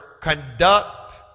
conduct